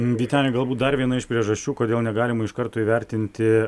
vyteni galbūt dar viena iš priežasčių kodėl negalima iš karto įvertinti